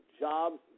jobs